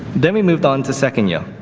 then we moved on to second year.